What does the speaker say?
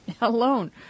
alone